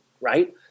Right